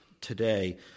today